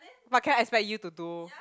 what can I expect you to do